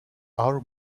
our